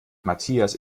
matthias